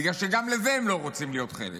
בגלל שגם בזה הם לא רוצים להיות חלק.